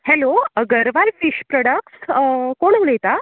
hello Agarwal fish product कोण उलयतां